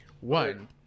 One